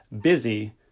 busy